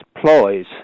ploys